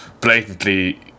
blatantly